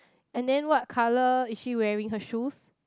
and then what colour is she wearing her shoes